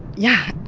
yeah.